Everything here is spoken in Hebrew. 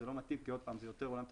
זה לא מתאים כי זה יותר עולם תשתיתי.